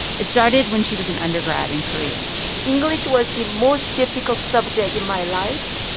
it started when she was an undergrad in korea english was the most difficult subject in my life.